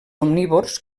omnívors